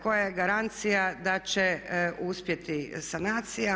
Koja je garancija da će uspjeti sanacija?